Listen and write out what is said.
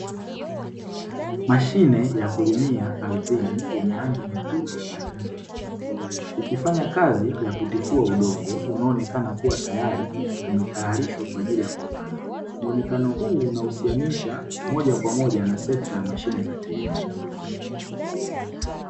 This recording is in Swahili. Mashine ya kulimia ardhini yenye rangi nyekundu na injini nyeupe, ikifanya kazi ya kutifua udongo unaoonekana kuwa tayari umetayarishwa kwa ajili ya kupanda. Muonekano huu unahusianisha moja kwa moja na sekta ya mashine za kilimo.